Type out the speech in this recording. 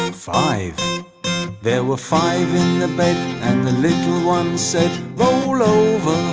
um five there were five in the bed and the little one said roll over,